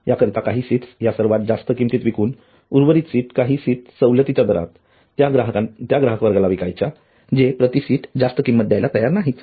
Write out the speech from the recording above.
याकरीता काही सीट्स या सर्वात जास्त किमतीस विकून उर्वरित काही सीट्स सवलतीच्या दरात त्या ग्राहक वर्गाला विकायच्या जे प्रति सीट जास्त किंमत द्यायला तयार नाहीत